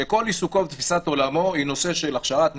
שכל עיסוקו ותפיסת עולמו היא נושא של הכשרת נהגים,